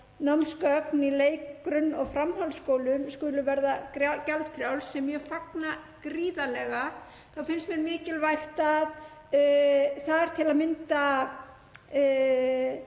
námsgögn í leik-, grunn- og framhaldsskólum skuli verða gjaldfrjáls, sem ég fagna gríðarlega, þá finnst mér mikilvægt að til að mynda